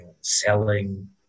selling